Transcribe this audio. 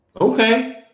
okay